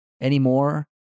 anymore